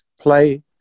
play